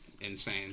insane